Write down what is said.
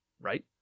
right